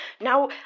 Now